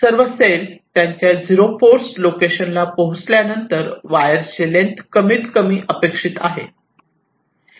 सर्व सेल त्यांच्या 0 force location ला पोहोचल्या नंतर वायरचे लेन्थ कमीत कमी अपेक्षित आहे